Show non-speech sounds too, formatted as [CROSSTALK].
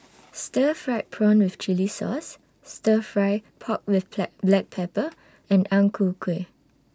Stir Fried Prawn with Chili Sauce Stir Fry Pork with [UNINTELLIGIBLE] Black Pepper and Ang Ku Kueh